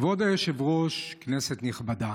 כבוד היושב-ראש, כנסת נכבדה,